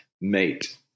mate